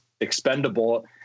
Expendable